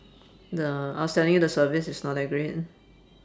the I was telling you the service is not that great